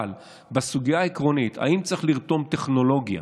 אבל בסוגיה העקרונית, האם צריך לרתום טכנולוגיה